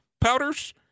powders